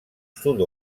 sud